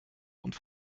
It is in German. und